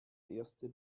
erste